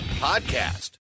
podcast